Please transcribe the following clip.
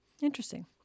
Interesting